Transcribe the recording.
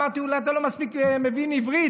אמרתי: אולי אתה לא מספיק מבין עברית,